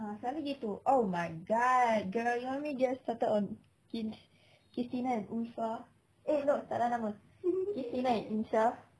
ah selalu gitu oh my god girl you want me to get started on christina and ulfa eh no salah nama christina and insha